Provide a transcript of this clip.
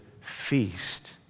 feast